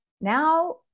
now